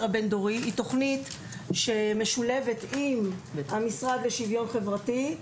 בין-דורי" שמשולבת עם המשרד לשוויון חברתי.